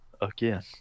Again